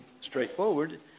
straightforward